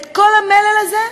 את כל המלל הזה,